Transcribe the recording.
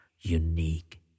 unique